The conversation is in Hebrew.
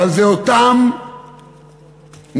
אבל אלו אותן מילים,